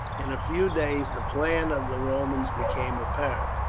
in a few days the plan of the romans became apparent.